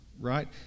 right